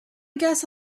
guess